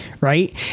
right